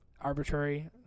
arbitrary